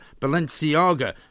Balenciaga